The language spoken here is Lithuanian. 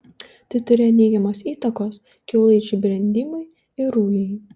tai turėjo neigiamos įtakos kiaulaičių brendimui ir rujai